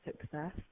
success